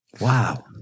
Wow